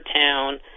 town